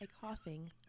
coughing